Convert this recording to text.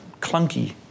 clunky